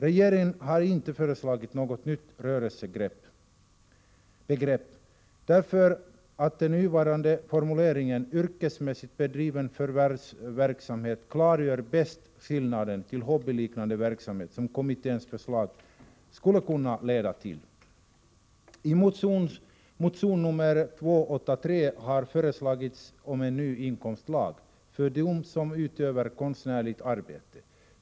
Regeringen har inte föreslagit något nytt rörelsebegrepp, eftersom den nuvarande formuleringen — yrkesmässigt bedriven förvärvsverksamhet — bäst klargör skillnaden till hobbyliknande verksamhet, och kommitténs förslag skulle kunna leda till missbruk. I motion nr 283 har föreslagits ett nytt inkomstslag för dem som utövar konstnärligt arbete.